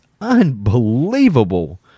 Unbelievable